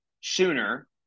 sooner